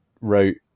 wrote